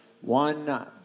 one